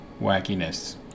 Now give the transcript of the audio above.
wackiness